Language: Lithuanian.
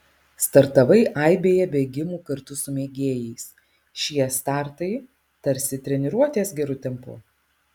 startavai aibėje bėgimų kartu su mėgėjais šie startai tarsi treniruotės geru tempu